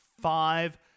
five